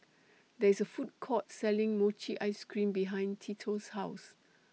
There IS A Food Court Selling Mochi Ice Cream behind Tito's House